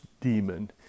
demon